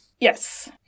yes